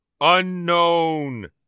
Unknown